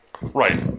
Right